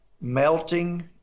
melting